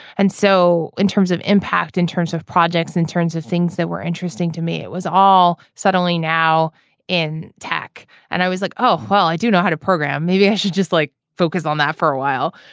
and so in terms of impact in terms of projects in and terms of things that were interesting to me it was all suddenly now in tech and i was like oh well i do know how to program maybe i should just like focus on that for a while.